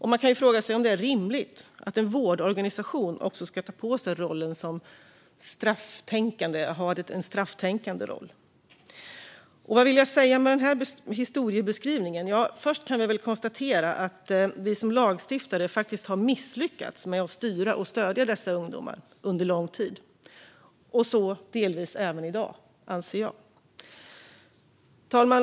Man kan fråga sig om det är rimligt att en vårdorganisation också ska ta på sig rollen som strafftänkande. Vad vill jag säga med den här historiebeskrivningen? Ja, först kan vi väl konstatera att vi som lagstiftare faktiskt har misslyckats med att styra och stödja dessa ungdomar under lång tid - delvis även i dag, anser jag. Fru talman!